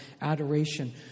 adoration